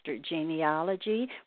genealogy